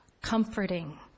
comforting